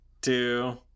Two